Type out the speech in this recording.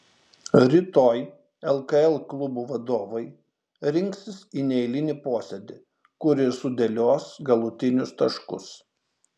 rytoj lkl klubų vadovai rinksis į neeilinį posėdį kur ir sudėlios galutinius taškus